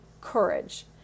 courage